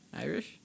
Irish